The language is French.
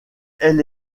elle